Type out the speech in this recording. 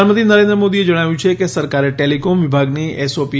પ્રધાનમંત્રી નરેન્દ્ર મોદીએ જણાવ્યું છે કે સરકારે ટેલિકોમ વિભાગની એસઓપી